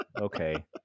Okay